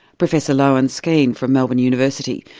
professor loane skene from melbourne university.